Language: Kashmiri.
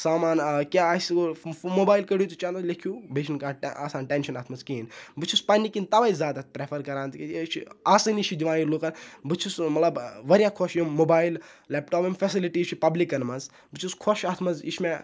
سامان کیاہ آسہِ موبایِل کٔڑِو تہٕ چَندَس لٮ۪کھِو بیٚیہِ چھُنہٕ کانٛہہ آسان ٹٮ۪نشَن اَتھ مَنٛز کِہیٖنۍ بہٕ چھُس پَنٕنۍ کِنۍ تَوے زیادٕ اَتھ پرٮ۪فَر کَران تکیازِ یہِ چھُ آسٲنی چھُ یہِ دِوان یہِ لُکَن بہٕ چھُس واریاہ خۄش یِم موبایِل لیپٹاپ یِم فیسَلٹی چھِ پَبلِکَن مَنٛز بہٕ چھُس خۄش اَتھ مَنٛز یہِ چھُ مےٚ